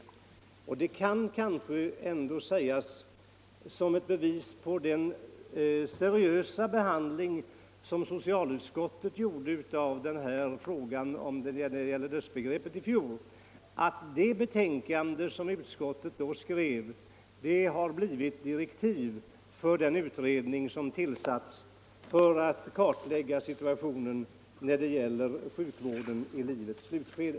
Som ett bevis för socialutskottets seriösa behandling i fjol av frågan om dödsbegreppet kanske det ändå kan sägas, att det betänkande som utskottet då skrev har blivit direktiv för den utredning som tillsatts för att kartlägga situationen när det gäller sjukvården i livets slutskede.